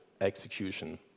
execution